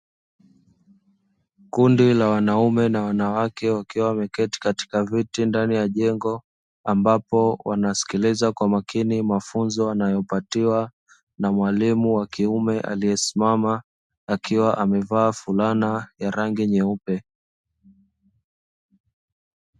Kundi la wanaume na wanawake wakiwa wameketi katika viti ndani ya jengo, ambapo wanasikiliza kwa makini mafunzo wanayopatiwa na mwalimu wa kiume aliesimama, akiwa amevaa fulana ya rangi nyeupe.